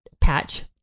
Patch